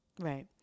Right